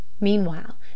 meanwhile